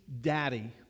daddy